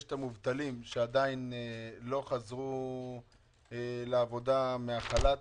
יש את המובטלים שעדיין לא חזרו לעבודה מחל"ת